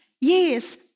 years